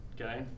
okay